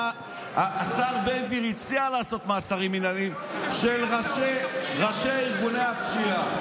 השר בן גביר הציע לעשות מעצרים מינהליים של ראשי ארגוני הפשיעה.